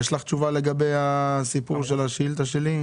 יש לך תשובה לגבי הסיפור של השאילתה שלי?